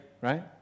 right